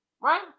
Right